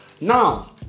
Now